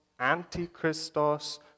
Antichristos